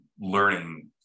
learning